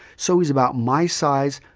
so he's about my size,